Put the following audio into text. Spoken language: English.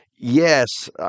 Yes